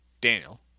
Daniel